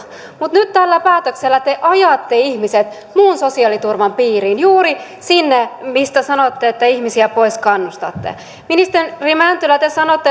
mutta nyt tällä päätöksellä te ajatte ihmiset muun sosiaaliturvan piiriin juuri sinne mistä sanotte että ihmisiä pois kannustatte ministeri mäntylä te sanotte